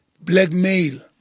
blackmail